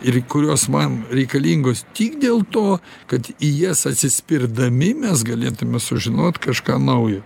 ir kurios man reikalingos tik dėl to kad į jas atsispirdami mes galėtume sužinot kažką naujo